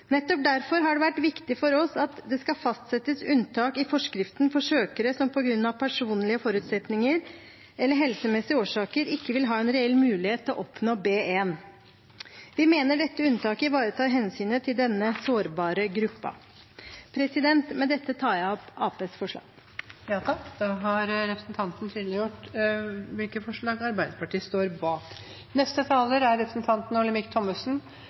Nettopp derfor har det vært viktig for oss at det skal fastsettes unntak i forskriften for søkere som på grunn av personlige forutsetninger eller helsemessige årsaker ikke vil ha en reell mulighet til å oppnå B1. Vi mener dette unntaket ivaretar hensynet til denne sårbare